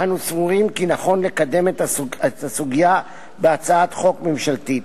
אנו סבורים כי נכון לקדם את הסוגיה בהצעת חוק ממשלתית.